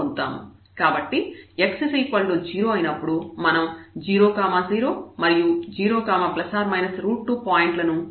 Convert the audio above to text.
కాబట్టి x 0 అయినప్పుడు మనం 0 0 మరియు 0 2 పాయింట్ లను కలిగి ఉంటాము